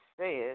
says